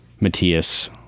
Matthias